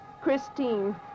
Christine